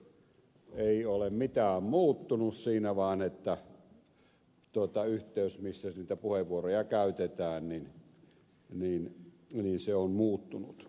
ei ole mitään muuttunut siinä vain yhteys missä niitä puheenvuoroja käytetään on muuttunut